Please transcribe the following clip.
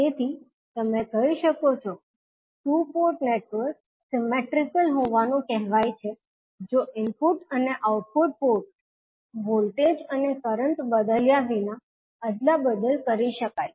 તેથી તમે કહી શકો છો કે ટુ પોર્ટ નેટવર્ક સિમેટ્રીકલ હોવાનું કહેવાય છે જો ઇનપુટ અને આઉટપુટ પોર્ટ ને પોર્ટ વોલ્ટેજ અને કરંટ બદલ્યા વિના અદલાબદલ કરી શકાય છે